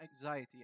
anxiety